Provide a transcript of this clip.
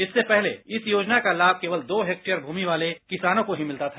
इससे पहले इस योजना का लाभ केवल दो हेक्टेयर भूमि वाले किसानों को ही मिलता था